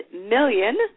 million